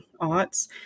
aughts